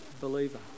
believer